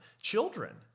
children